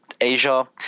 Asia